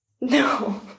No